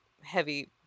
heavy